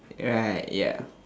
right ya